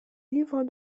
livres